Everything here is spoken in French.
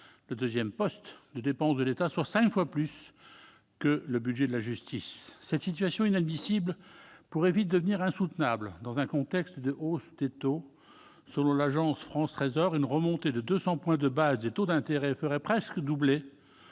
le deuxième poste de dépenses de l'État ; il pèse soit cinq fois plus lourd que le budget de la justice. Cette situation inadmissible pourrait vite devenir insoutenable dans un contexte de hausse des taux : selon l'Agence France Trésor, une remontée de 200 points de base des taux d'intérêt ferait presque doubler